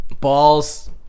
Balls